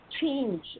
change